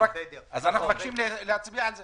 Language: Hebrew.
או רק אם הוא עובד אגודה שיתופית שעובד מחוץ לאגודה?